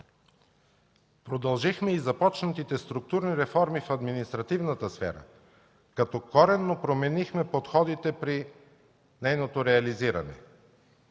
Продължихме и започнатите структурни реформи в административната сфера, като корено променихме подходите при нейното реализиране.